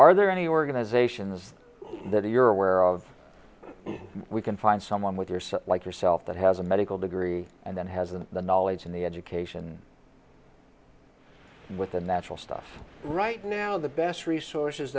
are there any organizations that you're aware of we can find someone with your son like yourself that has a medical degree and then hasn't the knowledge and the education with the natural stuff right now the best resources